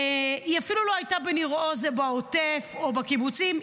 היא אפילו לא הייתה בניר עוז ובעוטף או בקיבוצים.